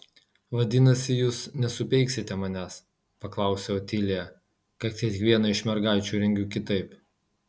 vadinasi jūs nesupeiksite manęs paklausė otilija kad kiekvieną iš mergaičių rengiu kitaip